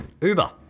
Uber